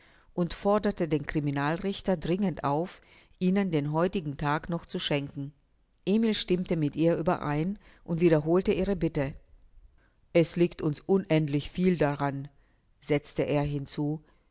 und forderte den criminalrichter dringend auf ihnen den heutigen tag noch zu schenken emil stimmte mit ihr überein und wiederholte ihre bitte es liegt uns unendlich viel daran setzte er hinzu